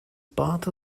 part